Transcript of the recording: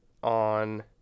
on